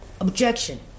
objection